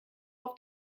auf